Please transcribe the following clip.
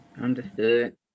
Understood